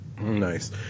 nice